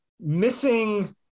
missing